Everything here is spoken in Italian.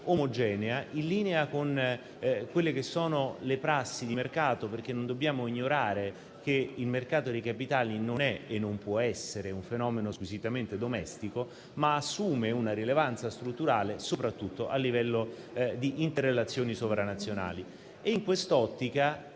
omogenea e in linea con le prassi di mercato. Non dobbiamo ignorare infatti che il mercato dei capitali non è e non può essere un fenomeno squisitamente domestico, ma assume una rilevanza strutturale soprattutto a livello di interrelazioni sovranazionali. In quest'ottica,